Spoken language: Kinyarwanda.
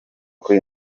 kwe